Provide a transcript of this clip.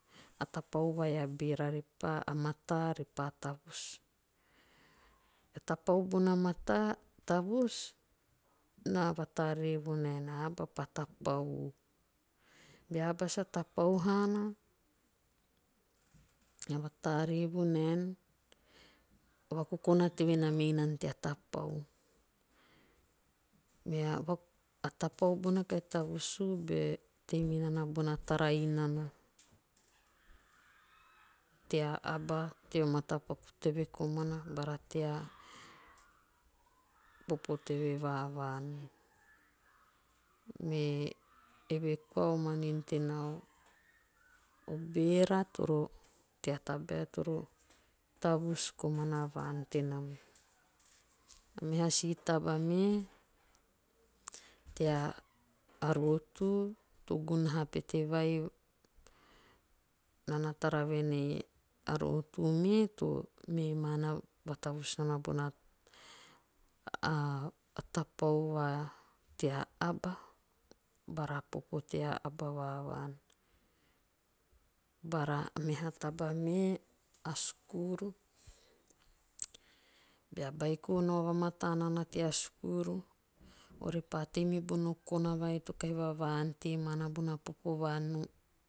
A tapau vai a beera a mataa repaa tavus. Bea tapau bona mataa tavus. na vatore vonaen a aba pa tapau u. Bea aba sa tapau haana. na vatare vonaen na mei nana tea tapau. Me tapau bona kahi tavus u bei tei minana bona tara inana tea aba teo matapaku teve komana bara tea popo teve va vaan. Me eve koa o manin tenaa o bera toro tea tabae toro tavus komana vaan tenam. Meha i taba me. tea rotu. gunaha pete vai. Naa na tara vuen ei a rotu me to me mana. vatavus nana bona a tapau va tea aba bara popo tea aba va vaan. Bara meha taba me. a skuru. ore pa tei mibono kana vai to kahi vava ante mana bona popa va